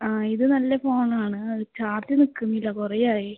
ആ ഇത് നല്ല ഫോൺ ആണ് അത് ചാർജ്ജ് നിൽക്കുന്നില്ല കുറേ ആയി